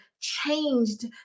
changed